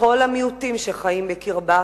לכל המיעוטים שחיים בקרבה,